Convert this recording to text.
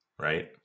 right